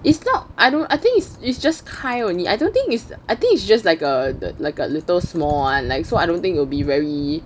it's not I don't think it's it's just 开 only I don't think it's I think it's just like a like a little small one so I don't think it'll be very